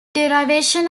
derivation